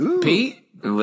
Pete